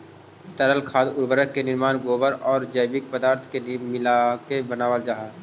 तरल खाद उर्वरक के निर्माण गोबर औउर जैविक पदार्थ के मिलाके बनावल जा हई